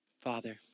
Father